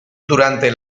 durante